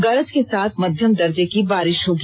गरज के साथ मध्यम दर्जे की बारिश होगी